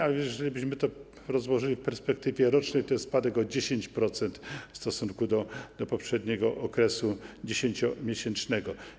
A jeżelibyśmy to rozłożyli w perspektywie rocznej, to jest to spadek o 10% w stosunku do poprzedniego okresu 10-miesięcznego.